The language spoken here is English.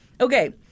Okay